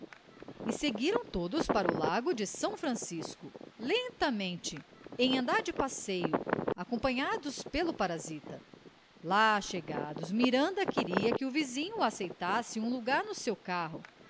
e seguiram todos para o largo de são francisco lentamente em andar de passeio acompanhados pelo parasita lá chegados miranda queria que o vizinho aceitasse um lugar no seu carro